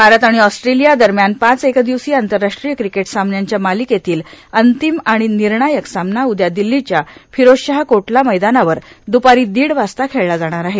भारत आणि ऑस्ट्रेलिया दरम्यान पाच एक दिवसीय आंतरराष्ट्रीय क्रिकेट सामन्यांच्या मालिकेतला अंतिम आणि निर्णायक सामना उद्या दिल्लीच्या फिरोजशाह कोटला मैदानावर दुपारी दीड वाजता खेळला जाणार आहे